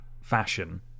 fashion